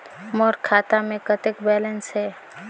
मोर खाता मे कतेक बैलेंस हे?